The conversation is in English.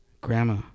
Grandma